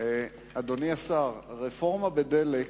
אדוני השר, רפורמה בדלק,